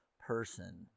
person